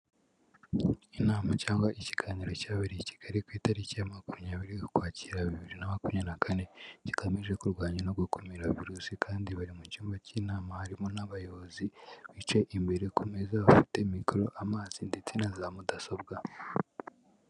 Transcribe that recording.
Inama cyangwa ikiganiro cyabereye i Kigali ku itariki ya makumyabiri z'Ukwakira bibiri na makumyabiri kane, kigamije kurwanya no gukumira virusi kandi bari mu cyumba cy'inama harimo n'abayobozi bicaye imbere ku meza bafite mikoro, amazi ndetse na za mudasobwa.